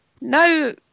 no